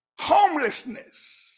homelessness